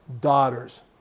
daughters